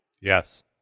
Yes